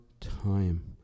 time